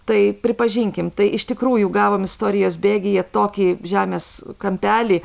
tai pripažinkim tai iš tikrųjų gavom istorijos bėgyje tokį žemės kampelį